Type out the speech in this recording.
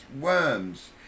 worms